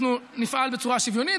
אנחנו נפעל בצורה שוויונית.